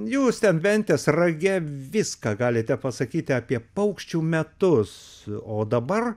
jūs ten ventės rage viską galite pasakyti apie paukščių metus o dabar